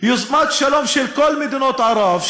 יוזמת שלום של כל מדינות ערב,